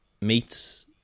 meets